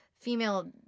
female